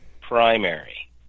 primary